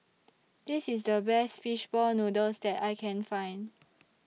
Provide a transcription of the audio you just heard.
This IS The Best Fish Ball Noodles that I Can Find